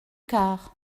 quart